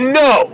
no